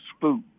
food